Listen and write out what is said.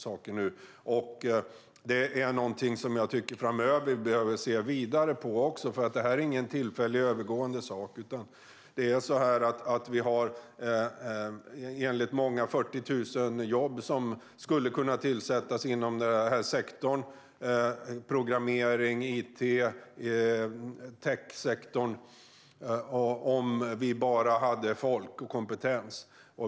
Detta är också någonting som jag tycker att vi framöver behöver titta vidare på. Detta är nämligen inte något tillfälligt och övergående. Enligt många skulle 40 000 jobb kunna tillsättas inom denna sektor - programmeringssektorn, it-sektorn och techsektorn - om det bara hade funnits folk och kompetens.